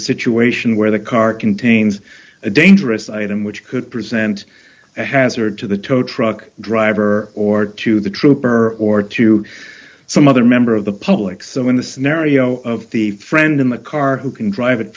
a situation where the car contains a dangerous item which could present a hazard to the tow truck driver or to the trooper or to some other member of the public so in the scenario of the friend in the car who can drive it